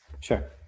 sure